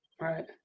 right